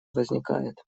возникает